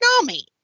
Nami